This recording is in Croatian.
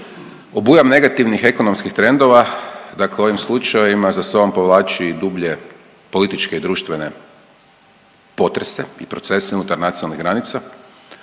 Obujam negativnih ekonomskih trendova dakle u ovim slučajevima za sobom povlači dublje političke i društvene potrese i procese unutar nacionalnih granica.